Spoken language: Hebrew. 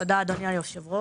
תודה, אדוני היושב-ראש.